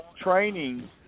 training